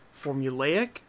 formulaic